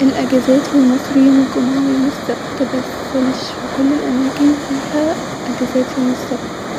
الاجازات في مصر يوم الجمعه ويوم السبت بس مش في كل الاماكن-فيها اجازات يوم السبت